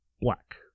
black